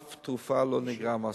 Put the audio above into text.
אף תרופה לא נגרעה מהסל.